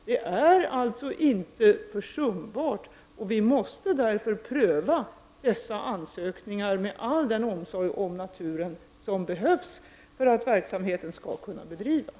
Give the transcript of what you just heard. Det här är alltså inte försumbart. Vi måste därför pröva dessa ansökningar med all den omsorg om naturen som behövs för att verksamheten skall kunna bedrivas.